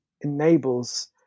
enables